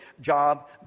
job